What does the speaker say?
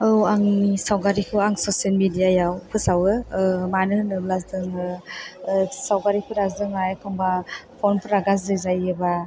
औ आंनि सावगारिखौ आं ससियेल मिडिया आव फोसावो मानो होनोब्ला जोङो सावगारिफोरा जोंहा एखनबा फन फोरा गाज्रि जायोबा